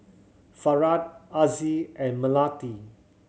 Farah Aziz and Melati